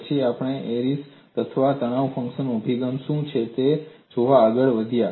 પછી આપણે એરી તણાવ ફંક્શન અભિગમ શું છે તે જોવા આગળ વધ્યા